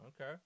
Okay